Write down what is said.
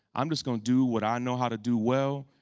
i'm just going to do what i know how to do well.